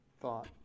thought